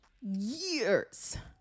years